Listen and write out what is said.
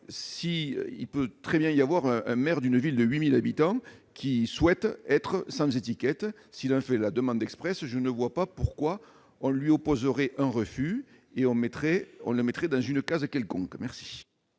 lui tout seul. Ainsi, si le maire d'une ville de 8 000 habitants souhaite être sans étiquette et en fait la demande expresse, je ne vois pas pourquoi on lui opposerait un refus et on le mettrait dans une case quelconque. La